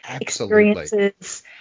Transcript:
experiences